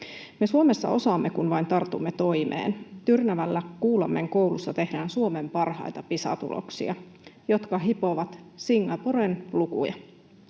Me Suomessa osaamme, kun vain tartumme toimeen. Tyrnävällä Kuulammen koulussa tehdään Suomen parhaita Pisa-tuloksia, jotka hipovat Singaporen lukuja.